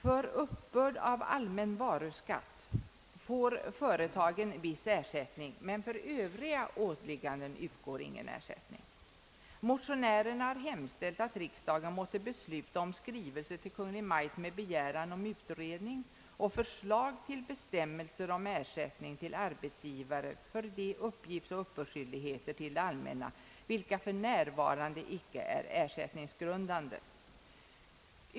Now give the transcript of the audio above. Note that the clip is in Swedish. För uppbörd av allmän varuskatt får företagen viss ersättning, men för övriga åligganden utgår ingen ersättning. Motionärerna har hemställt att riksdagen måtte besluta om en skrivelse till Kungl. Maj:t med begäran om utredning och förslag till bestämmelser om ersättning till arbetsgivare för de uppgifts och uppbördsskyldigheter till det allmänna vilka för närvarande icke är ersättningsgrundande.